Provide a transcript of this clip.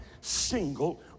single